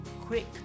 quick